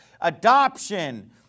Adoption